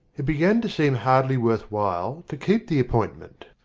it began to seem hardly worth while to keep the appointment.